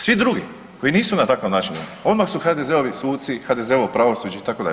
Svi drugi koji nisu na takav način, odmah su HDZ-ovi suci, HDZ-ovo pravosuđe, itd.